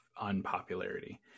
unpopularity